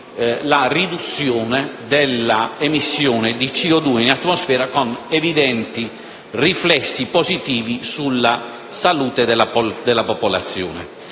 alla riduzione della emissione di CO2 in atmosfera con evidenti riflessi positivi sulla salute della popolazione.